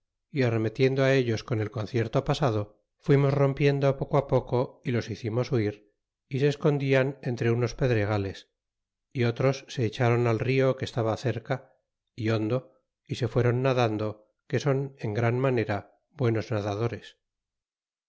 y arremetiendo ellos con el concierto pasado fuimos rompiendo poco poco y los hicimos huir y se escondian entre unos pedregales y otros se echron al rio que estaba cerca hondo y se fuéron nadando que son en gran manera buenos nadadores